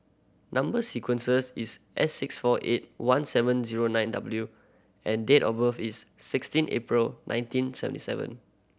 number sequences is S six four eight one seven zero nine W and date of birth is sixteen April nineteen seventy seven